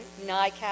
NICAP